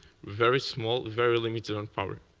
very small, very limited on power.